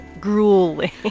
Grueling